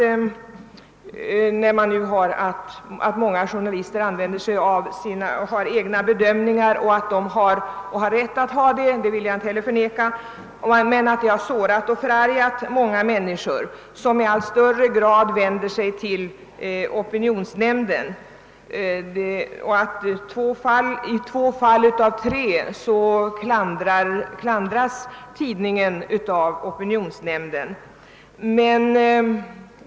Herr Svensson sade vidare att många journalister har egna bedömningar och att de har rätt till det. Det vill jag heller inte förneka. De människor som har sårats eller förargats vänder sig i allt högre grad till opinionsnämnden, och i två fall av tre klandras tidningen av opinionsnämnden, säger herr Svensson.